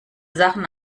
sachen